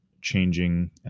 changing